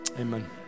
amen